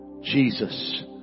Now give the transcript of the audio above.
Jesus